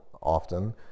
often